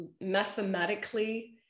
mathematically